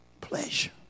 pleasure